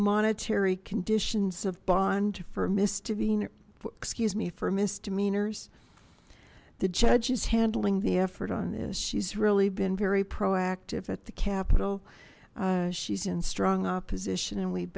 monetary conditions of bond for miss davene excuse me for misdemeanors the judge is handling the effort on this she's really been very proactive at the capital she's in strong opposition and we